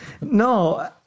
No